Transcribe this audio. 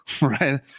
Right